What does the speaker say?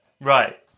Right